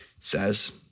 says